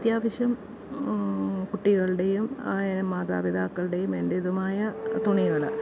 അത്യാവശ്യം കുട്ടികളുടെയും മാതാപിതാക്കളുടെയും എൻ്റേതുമായ തുണികൾ